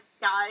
guys